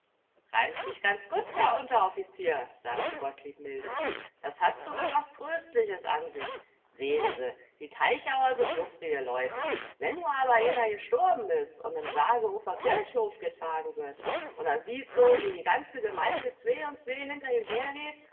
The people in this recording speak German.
reimt sich ganz gutt herr unteroffizier sagte gottlieb milde das hat sugar was tröstliches an sich sehn se die teichauer sind lustige leute wenn nu aber eener gesturben is und im sarge uff a kirchhof getragen wird und a sieht so wie die ganze gemeinde zwee und zwee hinter ihm hergeht